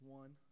one